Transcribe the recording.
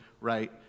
right